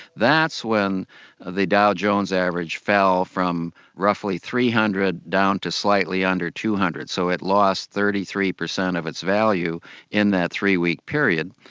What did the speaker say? that's when the dow jones average fell from roughly three hundred down to slightly under two hundred, so it lost thirty three percent of its value in that three week period.